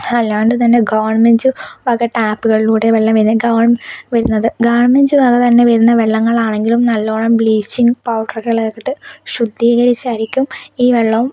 അല്ലാണ്ട് തന്നെ ഗവൺമെൻറ് വക ടാപ്പുകളിലൂടെ വെള്ളം ഏത് ഗവൺ വരുന്നത് ഗവൺമെൻറ് വക തന്നെ വരുന്ന വെള്ളങ്ങൾ ആണെങ്കിലും നല്ലോണം ബ്ലീച്ചിങ് പൗഡറുകൾ ഒക്കെ ഇട്ട് ശുദ്ധികരിച്ചായിരിക്കും ഈ വെള്ളവും